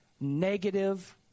negative